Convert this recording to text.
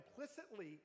implicitly